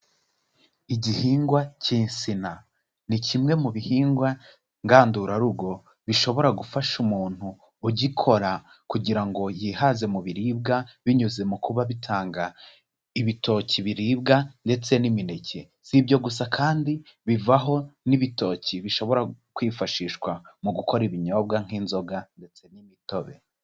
Igihingwa cy'insina. Ni kimwe mu bihingwa ngandurarugo, bishobora gufasha umuntu ugikora kugira ngo yihaze mu biribwa, binyuze mu kuba bitanga ibitoki biribwa ndetse n'imineke. Si Ibyo gusa kandi bivaho n'ibitoki bishobora kwifashishwa mu gukora ibinyobwa nk'inzoga ndetse n'imitobe.